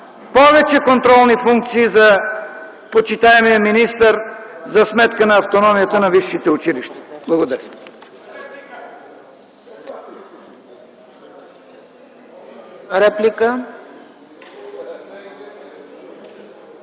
повече контролни функции за почитаемия министър за сметка на автономията на висшите училища. Благодаря.